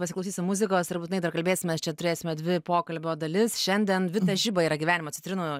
pasiklausysim muzikos ir būtinai dar kalbėsimės čia turėsime dvi pokalbio dalis šiandien vita žiba yra gyvenimo citrinų